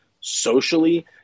socially